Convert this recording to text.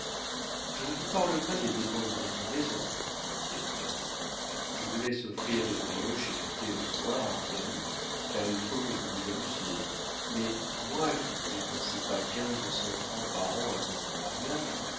je ne vous parle pas des dépenses de notre maison dit-il en terminant je vous laisse offrir des brioches et du thé le soir à vos amis car il faut que vous vous amusiez mais moi qui ne dépensais pas quinze cents francs par an avant mon mariage